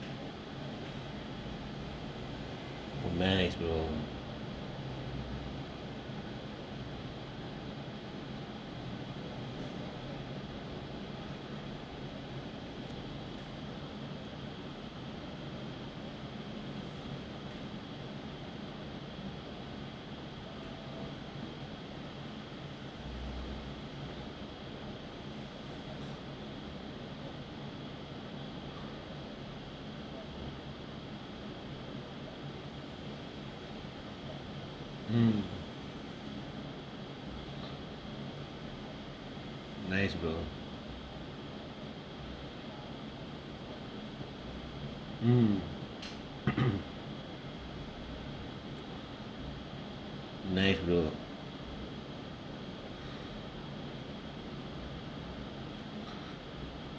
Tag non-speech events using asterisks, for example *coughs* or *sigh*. nice bro mm nice bro mm *coughs* nice bro